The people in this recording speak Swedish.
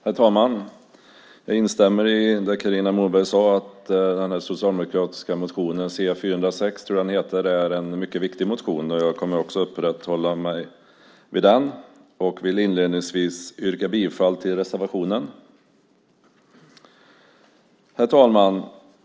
Herr Talman! Jag instämmer i det som Carina Moberg sade, att den socialdemokratiska motionen - C406 tror jag att den heter - är en mycket viktig motion. Jag kommer också att uppehålla mig vid den och vill inledningsvis yrka bifall till reservationen. Herr talman!